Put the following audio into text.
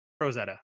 Rosetta